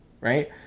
right